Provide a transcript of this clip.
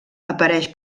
apareix